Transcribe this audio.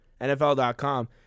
NFL.com